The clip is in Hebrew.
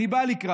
אני בא לקראת.